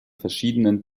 verschiedenen